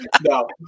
No